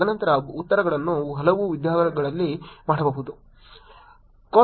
ತದನಂತರ ಉತ್ತರಗಳನ್ನು ಹಲವು ವಿಧಗಳಲ್ಲಿ ಮಾಡಬಹುದು